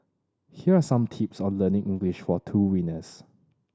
here are some tips on the learning English from two winners